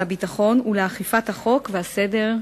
הביטחון ולאכיפת החוק והסדר הציבורי.